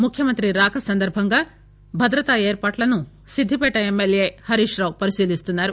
ముఖ్యమంత్రి రాక సందర్బంగా భద్రతా ఏర్పాట్లను సిద్దిపేట ఎమ్మెల్యే హరీష్ రావు పరిశీలిస్తున్నారు